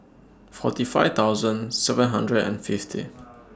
forty five thousand seven hundred and fifty